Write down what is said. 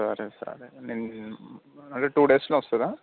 సరే సరే నేను అదే టూ డేస్లో వస్తుందా